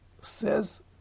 Says